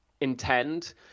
intend